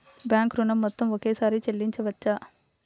Bank ఋణం మొత్తము ఒకేసారి చెల్లించవచ్చా?